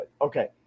Okay